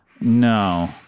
No